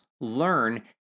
learn